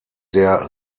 der